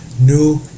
new